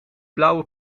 blauwe